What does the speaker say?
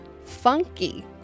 funky